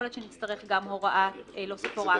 יכול להיות שנצטרך להוסיף הוראה כזאת.